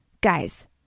Guys